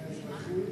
מהאזרחים